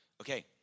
Okay